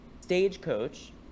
Stagecoach